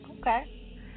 Okay